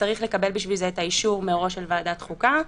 וצריך לקבל בשביל זה מראש את אישור ועדת החוקה.